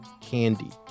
Candy